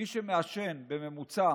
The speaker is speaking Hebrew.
מי שמעשן בממוצע